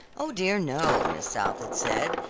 oh, dear, no, miss south had said,